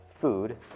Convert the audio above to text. food